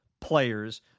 players